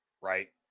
right